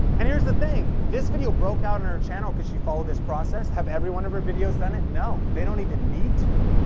and here's the thing, this video broke out on and her channel cause she followed this process, have every one of her videos done it? no, they don't even need to.